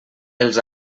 els